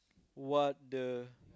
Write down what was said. what the